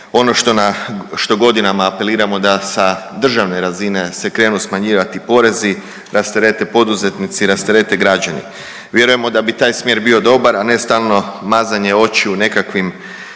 na, što godinama apeliramo da sa državni razine se krenu smanjivati porezi, rasterete poduzetnici, rasterete građani. Vjerujemo da bi taj smjer bio dobar, a ne stalno mazanje očiju nekakvim